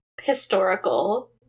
historical